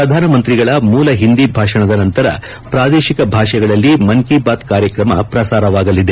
ಪ್ರಧಾನಮಂತ್ರಿಗಳ ಮೂಲ ಹಿಂದಿ ಭಾಷಣದ ನಂತರ ಪ್ರಾದೇಶಿಕ ಭಾಷೆಗಳಲ್ಲಿ ಮನ್ ಕಿ ಬಾತ್ ಕಾರ್ಯಕ್ರಮ ಪ್ರಸಾರವಾಗಲಿದೆ